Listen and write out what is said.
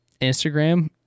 instagram